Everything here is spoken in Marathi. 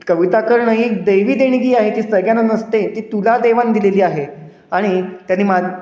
कविताकरण एक देवी देणगी आहे ती सगळ्यांना नसते ती तुला देवाने दिलेली आहे आणि त्यानी मा